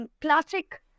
Classic